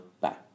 bye